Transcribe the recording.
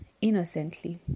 innocently